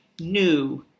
new